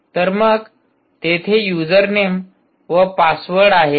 तर मग तेथे युजरनेम व पासवर्ड आहे